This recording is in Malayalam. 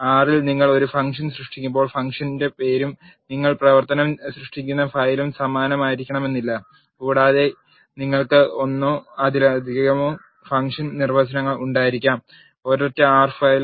R ൽ നിങ്ങൾ ഒരു ഫംഗ്ഷൻ സൃഷ്ടിക്കുമ്പോൾ ഫംഗ്ഷൻ പേരും നിങ്ങൾ പ്രവർത്തനം സൃഷ്ടിക്കുന്ന ഫയലും സമാനമായിരിക്കണമെന്നില്ല കൂടാതെ നിങ്ങൾക്ക് ഒന്നോ അതിലധികമോ ഫംഗ്ഷൻ നിർവചനങ്ങൾ ഉണ്ടായിരിക്കാം ഒരൊറ്റ ആർ ഫയൽ